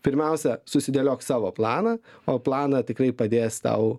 pirmiausia susidėliok savo planą o planą tikrai padės tau